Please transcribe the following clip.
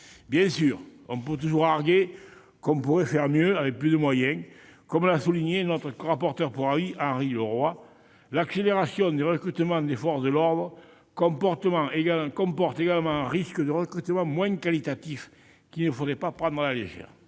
Bien sûr, on peut toujours arguer que l'on pourrait faire mieux, avec plus de moyens ... Mais, comme l'a souligné Henri Leroy, rapporteur pour avis, l'accélération des recrutements de forces de l'ordre comporte également un risque de recrutement de moindre qualité, qu'il ne faudrait pas prendre à la légère.